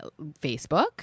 Facebook